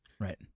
Right